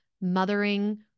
mothering